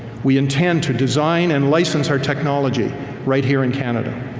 we intend to design and license our technology right here in canada.